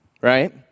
right